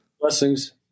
Blessings